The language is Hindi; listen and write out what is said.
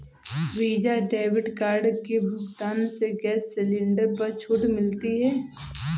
वीजा डेबिट कार्ड के भुगतान से गैस सिलेंडर पर छूट मिलती है